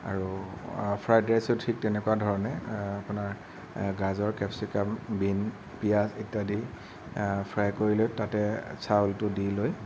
আৰু ফ্ৰাইড ৰাইচো ঠিক তেনেকুৱা ধৰণে আপোনাৰ আপোনাৰ গাজৰ কেপচিকাম বিন পিয়াজ ইত্যাদি ফ্ৰাই কৰি লৈ তাতে চাউলটো দি লৈ